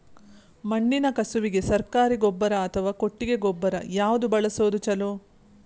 ಮಣ್ಣಿನ ಕಸುವಿಗೆ ಸರಕಾರಿ ಗೊಬ್ಬರ ಅಥವಾ ಕೊಟ್ಟಿಗೆ ಗೊಬ್ಬರ ಯಾವ್ದು ಬಳಸುವುದು ಛಲೋ?